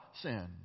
sin